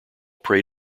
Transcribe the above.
prey